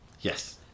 yes